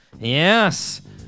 Yes